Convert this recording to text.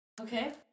Okay